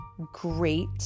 great